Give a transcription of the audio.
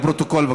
לפרוטוקול,